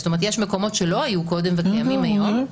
זאת אומרת יש מקומות שלא היו קודם וקיימים היום.